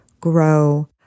grow